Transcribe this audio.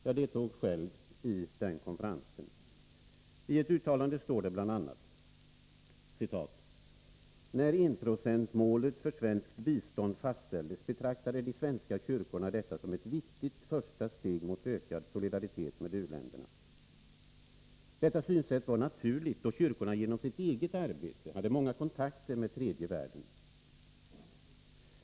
Jag deltog själv i den konferensen. I ett uttalande står det bl.a.: ”När enprocentmålet för svenskt bistånd fastställdes betraktade de svenska kyrkorna detta som ett viktigt första steg mot ökad solidaritet med u-länderna. Detta synsätt var naturligt då kyrkorna genom sitt eget arbete hade många kontakter med tredje världen.